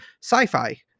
sci-fi